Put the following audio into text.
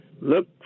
look